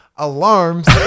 alarms